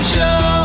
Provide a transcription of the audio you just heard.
Show